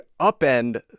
upend